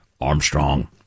Armstrong